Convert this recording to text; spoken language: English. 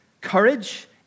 courage